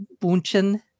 Bunchen